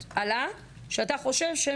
צריך לומר: בסוף הם רואים שאתם לא נמצאים.